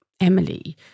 Emily